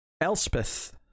Elspeth